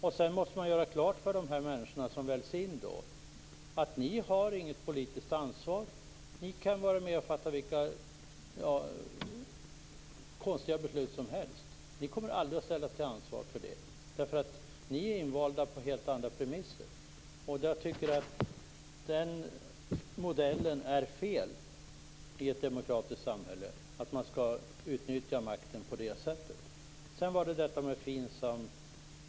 Man måste göra klart för de människor som väljs in att de inte har något politiskt ansvar, att de kan vara med och fatta vilka konstiga beslut som helst men att de aldrig kommer att kunna ställas till ansvar för det därför att de är invalda på helt andra premisser. Jag tycker att det i ett demokratiskt samhälle är fel att ha den modellen, där man utnyttjar makten på det sättet. Sedan var det detta med FINSAM.